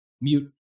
Mute